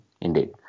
Indeed